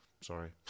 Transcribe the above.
sorry